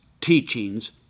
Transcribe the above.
teachings